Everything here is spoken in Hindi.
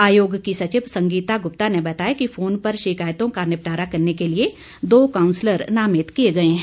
आयोग की सचिव संगीता गुप्ता ने बताया कि फोन पर शिकायतों का निपटारा करने के लिए दो काउंसलर नामित किए गए है